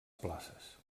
places